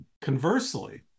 Conversely